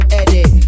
edit